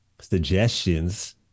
suggestions